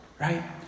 right